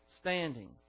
standing